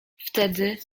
wtedy